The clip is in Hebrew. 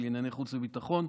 לענייני חוץ וביטחון,